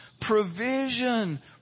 provision